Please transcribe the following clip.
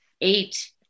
eight